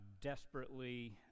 desperately